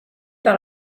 par